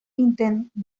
intendente